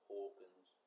Hawkins